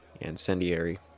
Incendiary